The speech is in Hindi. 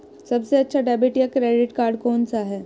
सबसे अच्छा डेबिट या क्रेडिट कार्ड कौन सा है?